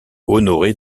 honoré